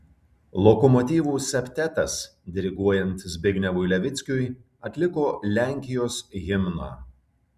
lokomotyvų septetas diriguojant zbignevui levickiui atliko lenkijos himną